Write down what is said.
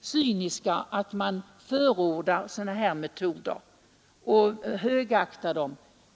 cyniska och inte högakta preparatet och förorda detta s.k. läkemedel.